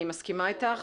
אני מסכימה איתך.